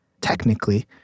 Technically